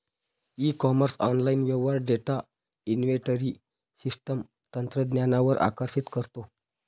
E commerce online व्यवहार data inventory system तंत्रज्ञानावर आकर्षित करतो